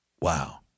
Wow